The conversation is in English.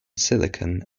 silicone